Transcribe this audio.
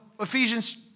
Ephesians